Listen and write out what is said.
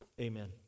Amen